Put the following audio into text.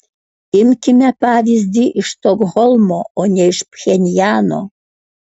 imkime pavyzdį iš stokholmo o ne iš pchenjano